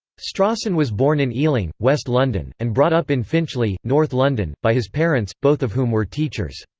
strawson was born in ealing, west london, and brought up in finchley, north london, by his parents, both of whom were teachers.